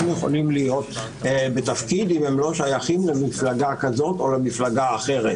יכולים להיות בתפקיד אם הם לא שייכים למפלגה כזאת או למפלגה אחרת.